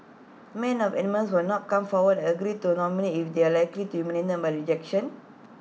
men of eminence will not come forward and agree to nomination if they are likely to be humiliated by rejection